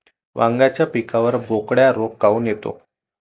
वांग्याच्या पिकावर बोकड्या रोग काऊन येतो?